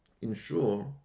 ensure